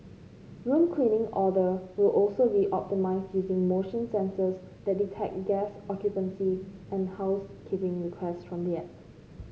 room cleaning order will also be optimised using motion sensors that detect guest occupancy and housekeeping requests from the app